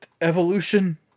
Evolution